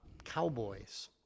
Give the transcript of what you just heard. Cowboys